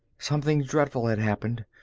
something dreadful had happened!